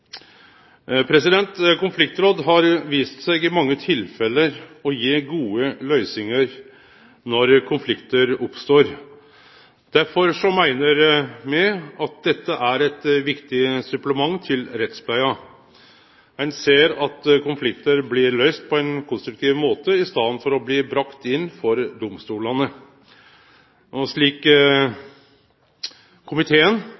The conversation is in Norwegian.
Konfliktråd har i mange tilfelle vist seg å gje gode løysingar når konfliktar oppstår. Derfor meiner me at dette er eit viktig supplement til rettspleia. Ein ser at konfliktar blir løyste på ein konstruktiv måte i staden for å bli lagde fram for domstolane. Slik